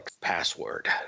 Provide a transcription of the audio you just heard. password